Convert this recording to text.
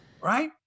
Right